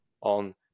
on